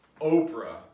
Oprah